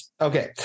Okay